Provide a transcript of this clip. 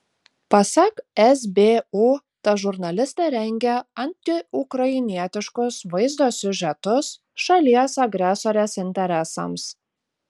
pasak sbu ta žurnalistė rengė antiukrainietiškus vaizdo siužetus šalies agresorės interesams